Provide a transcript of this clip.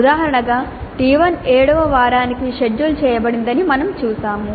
ఉదాహరణగా T1 7 వ వారానికి షెడ్యూల్ చేయబడిందని మేము చూశాము